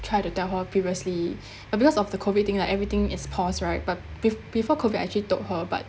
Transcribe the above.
try to tell her previously but because of the COVID thing lah everything is paused right but be~ before COVID I actually told her but